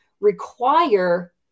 require